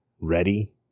ready